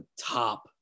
top